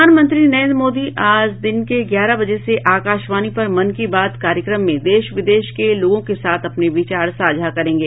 प्रधानमंत्री नरेन्द्र मोदी आज दिन के ग्यारह बजे से आकाशवाणी पर मन की बात कार्यक्रम में देश विदेश के लोगों के साथ अपने विचार साझा करेंगे